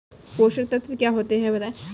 पोषक तत्व क्या होते हैं बताएँ?